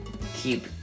Keep